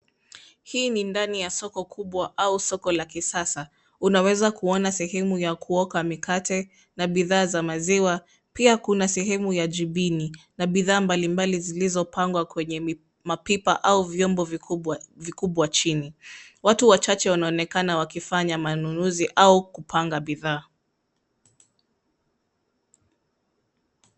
Hii ni ndani ya soko kubwa au soko la kisasa. Unaweza kuona sehemu ya kuoka mikate na bidhaa za maziwa. Pia kuna sehemu za jibini na bidhaa mbalimbali zilizopangwa kwenye mapipa au vyombo vikubwa chini. Watu wachache wanaonekana wakifanya manunuzi au kupanga bidhaa.